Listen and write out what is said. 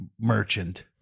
merchant